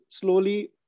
slowly